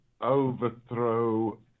overthrow